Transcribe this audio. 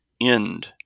end